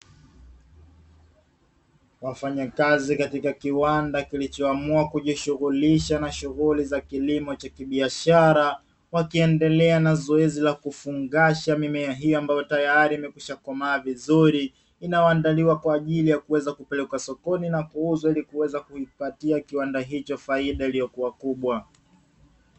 Wafanyakazi katika kiwanda kilichoamua kujishughulisha na shughuli za kilimo cha kibiashara, wakiendelea na zoezi la kufungasha mimea hiyo, ambayo tayari imekwisha komaa vizuri, inayoandaliwa kwa ajili ya kuweza kupelekwa sokoni, na kuuzwa ili kuweza kukipatia kiwanda hicho faida iliyo kubwa.